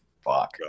fuck